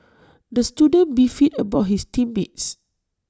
the student beefed about his team mates